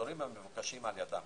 באזורים המבוקשים על-ידם.